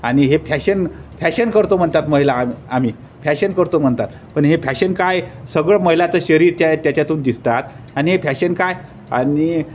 आणि हे fashion fashion करतो म्हणतात महिला आम आम्ही फॅशन करतो म्हणतात पण हे फॅशन काय सगळं महिलाचं शरीर त्या त्याच्यातून दिसतात आणि हे फॅशन काय आणि